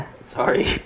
Sorry